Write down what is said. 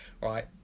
right